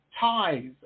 ties